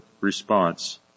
response